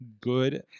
good